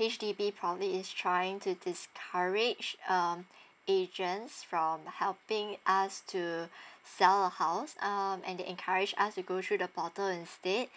H_D_B probably is trying to discourage um agents from helping us to sell the house um and they encourage us to go through the portal instead